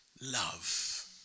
love